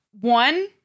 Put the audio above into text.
one